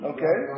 Okay